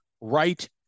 right